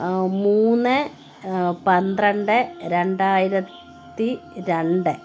മൂന്ന് പന്ത്രണ്ട് രണ്ടായിരത്തി രണ്ട്